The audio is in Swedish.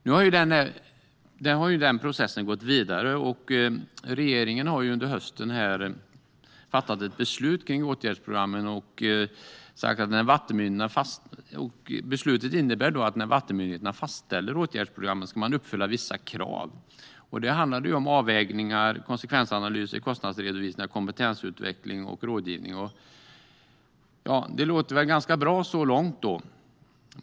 Nu har ju denna process gått vidare, och regeringen har under hösten fattat ett beslut om åtgärdsprogrammen. Beslutet innebär att när vattenmyndigheterna fastställer åtgärdsprogram ska de uppfylla vissa krav. Det handlar om avvägningar, konsekvensanalyser, kostnadsredovisningar, kompetensutveckling och rådgivning. Det låter väl ganska bra så långt.